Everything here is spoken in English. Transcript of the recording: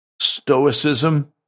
stoicism